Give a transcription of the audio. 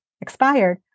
expired